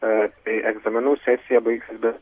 tai egzaminų sesija baigsis be